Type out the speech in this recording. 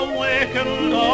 Awakened